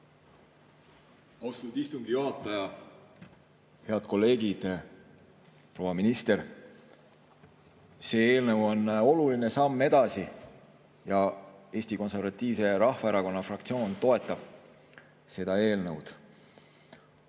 Austatud istungi juhataja! Head kolleegid! Proua minister! See eelnõu on oluline samm edasi ja Eesti Konservatiivse Rahvaerakonna fraktsioon toetab seda eelnõu.